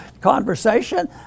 conversation